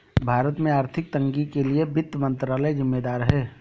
भारत में आर्थिक तंगी के लिए वित्त मंत्रालय ज़िम्मेदार है